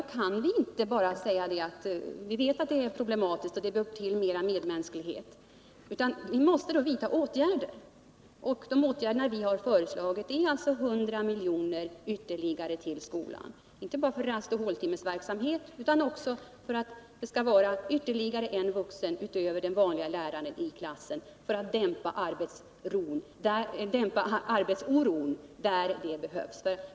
Då kan vi inte bara säga att vi vet att det är problematiskt och att det bör till mera medmänsklighet, utan vi måste vidta åtgärder. Den åtgärd vi har föreslagit är alltså 100 milj.kr. ytterligare till skolan, inte bara för rastoch håltimmesverksamhet utan också för att det skall vara ytterligare en vuxen utöver den vanliga läraren i klassen, för att dämpa arbetsoron där det behövs.